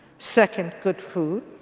second, good food.